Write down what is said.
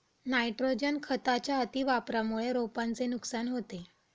nitrogen खताच्या अतिवापरामुळे रोपांचे नुकसान होते